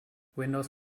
windows